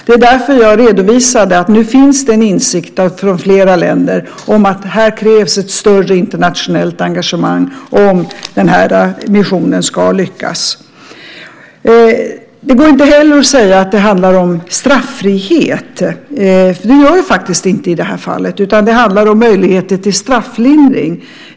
Det är därför jag redovisade att det nu finns en insikt från flera länder om att här krävs ett större internationellt engagemang om missionen ska lyckas. Det går inte heller att säga att det handlar om straffrihet. Det gör det faktiskt inte i det här fallet. Det handlar om möjligheter till strafflindring.